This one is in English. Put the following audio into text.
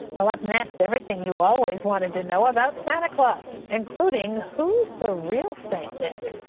well up next, everything you always wanted to know about santa claus, including who's the real st. nick?